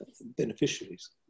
beneficiaries